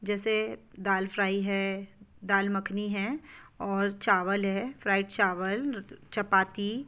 जैसे दाल फ़्रॉई है दाल मखनी है और चावल है फ़्रॉइड चावल चपाती